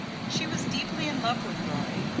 she was deeply in love with roy.